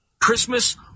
Christmas